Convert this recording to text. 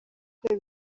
kwe